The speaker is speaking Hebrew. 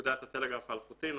לפקודת הטלגרף האלחוטי ,